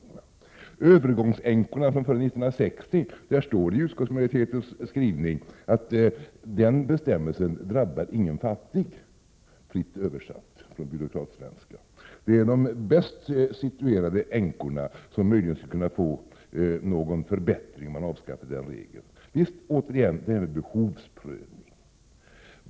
När det gäller övergångsänkorna från före 1960 står det i utskottsmajoritetens skrivning att bestämmelsen inte drabbar någon fattig — fritt översatt från byråkratsvenskan. Det skulle vara de bäst situerade änkorna som möjligen fick någon förbättring om regeln avskaffades. Återigen är det fråga om behovsprövning.